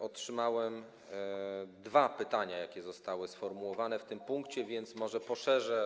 Otrzymałem dwa pytania, jakie zostały sformułowane w tym punkcie, więc może to poszerzę.